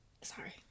sorry